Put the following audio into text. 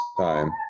time